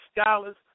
scholars